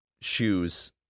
shoes